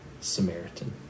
Samaritan